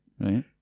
Right